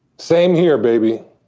same here, baby.